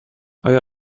آیا